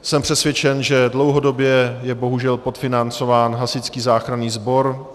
Jsem přesvědčen, že dlouhodobě je bohužel podfinancován hasičský záchranný sbor.